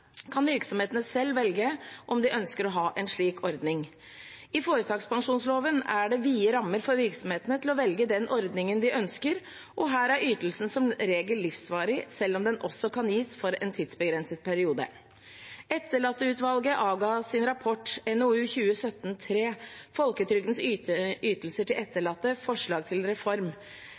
kan virksomhetene selv velge om de ønsker å ha en slik ordning. I foretakspensjonsloven er det vide rammer for virksomhetene til å velge den ordningen de ønsker, og her er ytelsen som regel livsvarig, selv om den også kan gis for en tidsbegrenset periode. Etterlatteutvalget avga sin rapport NOU 2017: 3, Folketrygdens ytelser til etterlatte – Forslag til reform.